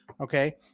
Okay